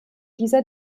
dieser